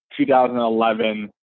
2011